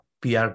PR